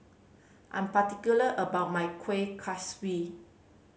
I'm particular about my Kueh Kaswi